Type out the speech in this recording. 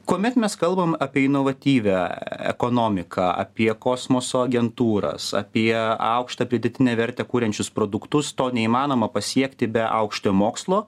kuomet mes kalbam apie inovatyvią ekonomiką apie kosmoso agentūras apie aukštą pridėtinę vertę kuriančius produktus to neįmanoma pasiekti be aukštojo mokslo